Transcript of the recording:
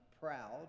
proud